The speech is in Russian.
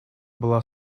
была